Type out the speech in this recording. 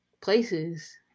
places